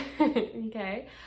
Okay